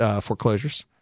foreclosures